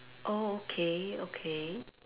oh okay okay